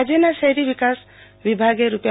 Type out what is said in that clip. રાજયના શહેરી વિકાસ વિભાગે રૂા